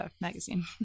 magazine